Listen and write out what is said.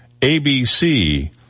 ABC